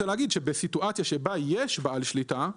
בסיטואציה שבה יש בעל שליטה,